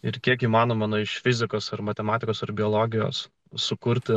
ir kiek įmanoma nuo fizikos ar matematikos ar biologijos sukurti